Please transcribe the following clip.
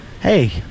hey